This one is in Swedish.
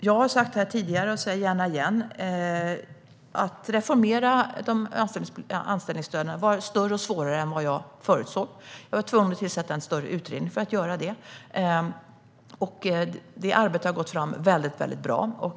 Jag har sagt tidigare och säger gärna igen att det var svårare att reformera anställningsstöden än vad jag förutsåg. Jag var tvungen att tillsätta en större utredning för att göra det, och utredningens arbete har gått väldigt bra.